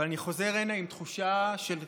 אבל אני חוזר הנה עם תחושה של דחיפות.